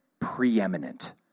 preeminent